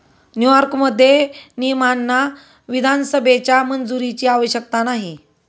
न्यूयॉर्कमध्ये, नियमांना विधानसभेच्या मंजुरीची आवश्यकता नाही